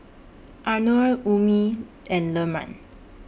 Anuar Ummi and Leman